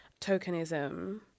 tokenism